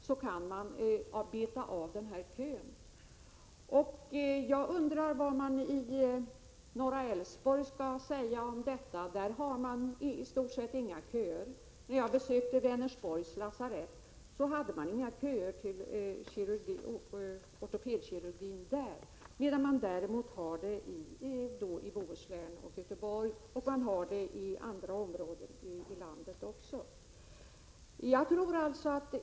Jag undrar vad man skulle säga i norra Älvsborg om vi biföll framställningen från Bohuslandstinget. I norra Älvsborg har man i stort sett inga köer. När jag besökte Vänersborgs lasarett hade man inga köer till ortopedkirurgin där, medan man däremot har det i Göteborgs och Bohus län och även i andra områden i landet.